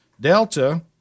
Delta